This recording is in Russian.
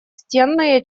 стенные